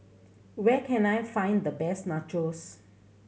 where can I find the best Nachos